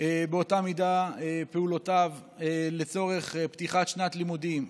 באותה מידה פעולותיו לצורך פתיחת שנת לימודים,